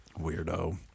weirdo